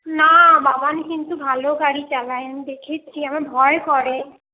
না বাবান কিন্তু ভালো গাড়ি চালায় আমি দেখেছি আমার ভয় করে